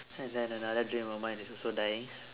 and then another dream of mine is also dying